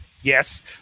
Yes